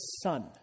son